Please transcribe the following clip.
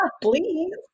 please